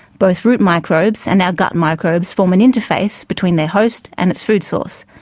both root microbes and our gut microbes form an interface between their host and its food source.